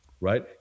right